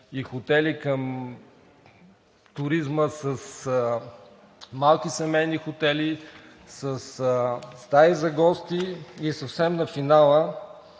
и хотели към туризма с малки семейни хотели, със стаи за гости? И съвсем на финала,